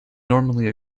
normally